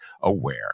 aware